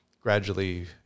gradually